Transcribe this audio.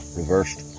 reversed